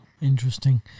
Interesting